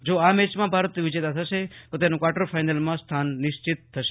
જો આ મેચમાં ભારત વિજેતા થશે તેનું કવાર્ટર ફાઈનલમાં સ્થાન નિશ્ચિત થશે